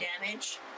damage